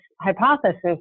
hypothesis